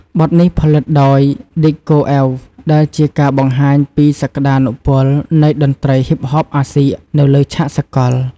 បទនេះផលិតដោយ Diego Ave ដែលជាការបង្ហាញពីសក្ដានុពលនៃតន្ត្រីហ៊ីបហបអាស៊ីនៅលើឆាកសកល។